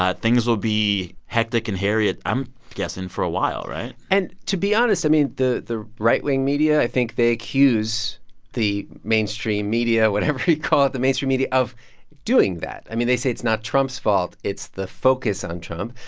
ah things will be hectic and hairy, i'm guessing, for a while, right? and to be honest, i mean, the the right-wing media, i think they accuse the mainstream media whatever you call it the mainstream media of doing that. i mean, they say it's not trump's fault. it's the focus on trump.